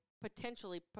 potentially